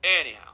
Anyhow